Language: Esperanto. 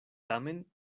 tamen